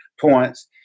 points